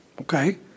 Okay